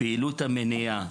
פעילות המניעה,